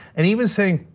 and even saying,